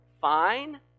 fine